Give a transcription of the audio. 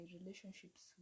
relationships